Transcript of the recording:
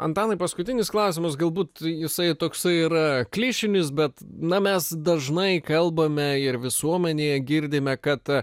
antanai paskutinis klausimas galbūt jisai toks ir klišinis bet na mes dažnai kalbame ir visuomenėje girdime kad